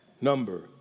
number